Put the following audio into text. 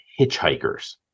hitchhikers